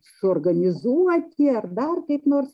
suorganizuoti ar dar kaip nors